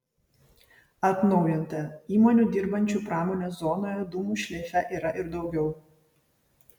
atnaujinta įmonių dirbančių pramonės zonoje dūmų šleife yra ir daugiau